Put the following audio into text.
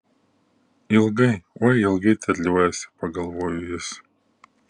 ilgai oi ilgai terliojasi pagalvojo jis